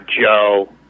Joe